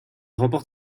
remporte